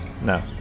No